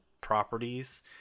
properties